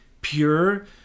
pure